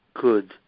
good